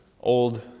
old